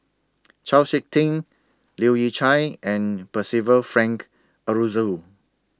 Chau Sik Ting Leu Yew Chye and Percival Frank Aroozoo